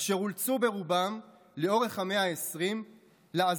אשר אולצו ברובם לאורך המאה ה-20 לעזוב